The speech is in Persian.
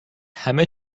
همه